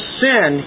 sin